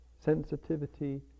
Sensitivity